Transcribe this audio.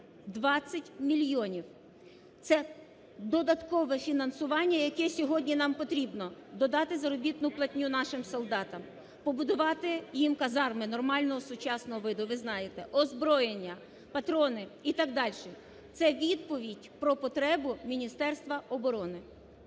420 мільйонів. Це додаткове фінансування, яке сьогодні нам потрібно. Додати заробітну платню нашим солдатам, побудувати їм казарми нормального сучасного виду, ви знаєте. Озброєння, патрони і так дальше. Це відповідь про потребу Міністерства оборони.